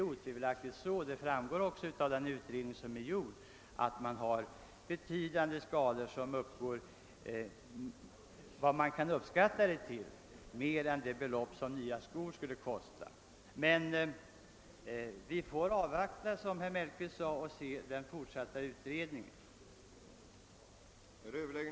Det framgår av den utredning som är gjord att betydande skador för närvarande uppstår på de värnpliktigas fötter och att kostnaderna för dessa är högre än vad nya skor skulle kosta. Vi får emellertid, som herr Mellqvist sade, avvakta och se vilket resultat den fortsatta försöksverksamheten kommer fram till.